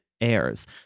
airs